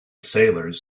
sailors